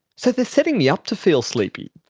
so they're setting me up to feel sleepy.